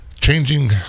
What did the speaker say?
Changing